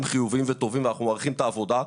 חיוביים וטובים ואנחנו מעריכים את העבודה,